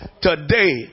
today